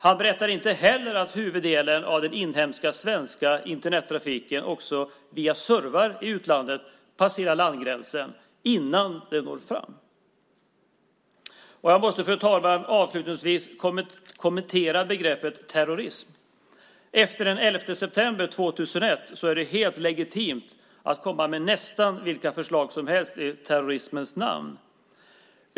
Han berättar inte heller att huvuddelen av den inhemska svenska Internettrafiken också via servrar i utlandet passerar landgränsen innan den går fram. Fru talman! Jag måste avslutningsvis kommentera begreppet terrorism. Efter den 11 september 2001 är det helt legitimt att komma med nästan vilka förslag som helst i terrorismens namn.